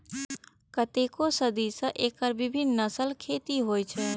कतेको सदी सं एकर विभिन्न नस्लक खेती होइ छै